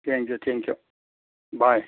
thank you thank you bye